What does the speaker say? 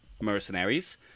mercenaries